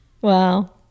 Wow